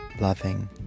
loving